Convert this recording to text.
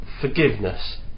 Forgiveness